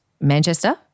Manchester